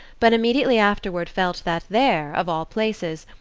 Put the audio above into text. but immediately afterward felt that there, of all places,